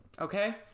Okay